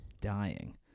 dying